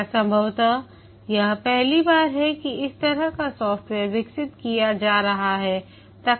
या संभवत यह पहली बार है कि इस तरह का सॉफ्टवेयर विकसित किया जा रहा है